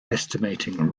estimating